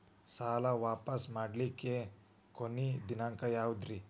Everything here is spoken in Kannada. ಸಾಲಾ ವಾಪಸ್ ಮಾಡ್ಲಿಕ್ಕೆ ಕೊನಿ ದಿನಾಂಕ ಯಾವುದ್ರಿ?